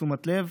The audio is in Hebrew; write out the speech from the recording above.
תשומת לב,